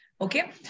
okay